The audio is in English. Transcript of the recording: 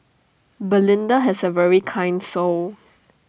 belinda has A very kind soul